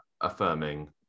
affirming